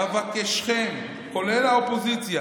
אבקשכם, כולל האופוזיציה,